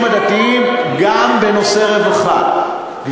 לאנשים הדתיים גם בנושא רווחה.